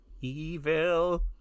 Evil